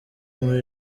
muri